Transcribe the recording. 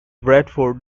bradford